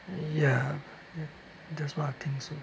ya that what I think